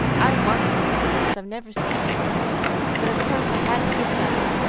i wanted to go, because i've never seen it but, of course, i had to give it up,